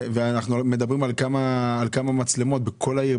ואנחנו מדברים על כמה מצלמות בכל העיר?